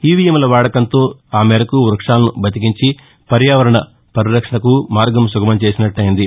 ఈవీఎంల వాడకంతో ఆ మేరకు వృక్షాలను బతికించి పర్యావరణ పరిరక్షణకు మార్గం సుగమమైంది